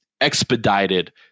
expedited